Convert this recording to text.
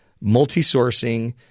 multi-sourcing